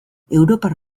europar